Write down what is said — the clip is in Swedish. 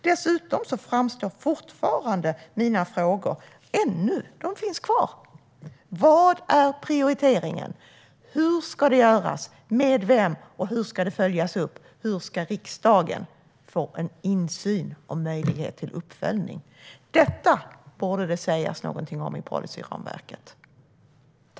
Dessutom kvarstår ännu mina frågor. De finns kvar. Vad är prioriteringen? Hur ska det göras och med vem? Hur ska det följas upp? Hur ska riksdagen få en insyn och möjlighet till uppföljning? Detta borde det sägas någonting om i policyramverket.